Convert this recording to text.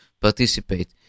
participate